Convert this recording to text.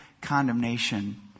condemnation